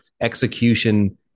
execution